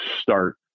start